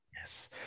Yes